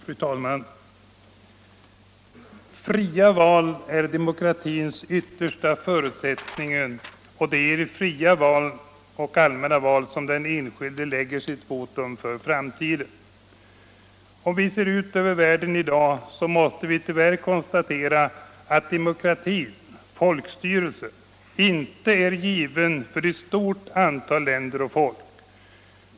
Fru talman! Fria val är demokratins yttersta förutsättning, och det är i fria allmänna val som den enskilde lägger sitt votum för framtiden. Om vi ser ut över världen i dag så måste vi tyvärr konstatera att demokratin, folkstyrelsen, inte är given för ett stort antal länder och folk.